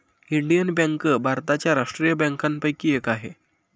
Indian bank ही भारताच्या राष्ट्रीय बँकांपैकी एक आहे